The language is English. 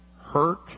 Hurt